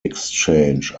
exchange